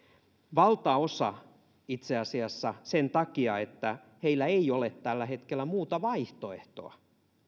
valtaosa itse asiassa sen takia että heillä ei ole tällä hetkellä muuta vaihtoehtoa